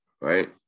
right